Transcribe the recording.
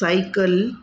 cycle